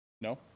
No